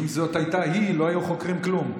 אם זאת הייתה היא, לא היו חוקרים כלום.